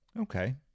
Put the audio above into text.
Okay